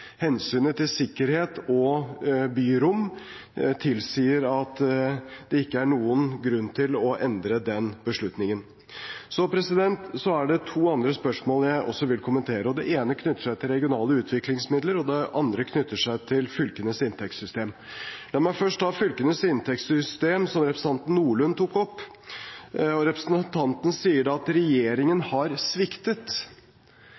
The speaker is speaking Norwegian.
Hensynet til sikkerhet og byrom tilsier at det ikke er noen grunn til å endre den beslutningen. Så er det to andre spørsmål jeg også vil kommentere. Det ene knytter seg til regionale utviklingsmidler, og det andre knytter seg til fylkenes inntektssystem. La meg først ta fylkenes inntektssystem, som representanten Nordlund tok opp. Representanten sier at regjeringen har sviktet.